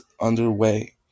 underway